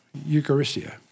Eucharistia